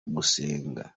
gusenga